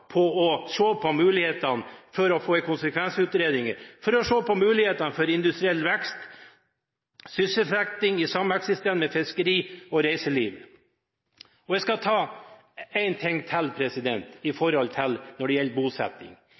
på mulighetene for en konsekvensutredning, for muligheten for industriell vekst og sysselsetting i sameksistens med fiskeri- og reiseliv. Jeg vil ta med en ting til når det gjelder bosetting: I